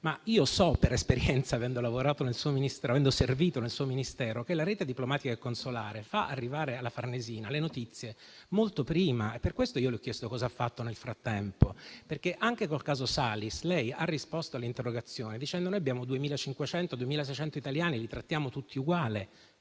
ma io so per esperienza, avendo servito nel suo Ministero, che la rete diplomatica e consolare fa arrivare alla Farnesina le notizie molto prima e per questo io le ho chiesto cosa ha fatto nel frattempo. Anche col caso Salis, infatti, lei ha risposto all'interrogazione dicendo che noi abbiamo 2.500-2.600 italiani all'estero e li trattiamo tutti alla